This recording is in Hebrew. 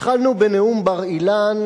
התחלנו בנאום בר-אילן,